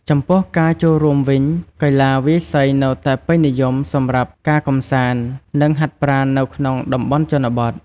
ចំពោះការចូលរួមវិញ កីឡាវាយសីនៅតែពេញនិយមសម្រាប់ការកម្សាន្ត និងហាត់ប្រាណនៅក្នុងតំបន់ជនបទ។